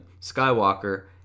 Skywalker